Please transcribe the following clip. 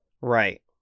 Right